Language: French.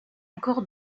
encore